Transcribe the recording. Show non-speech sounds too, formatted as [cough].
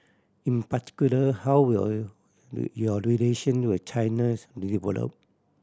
in particular how will [hesitation] your relation with China's [unintelligible]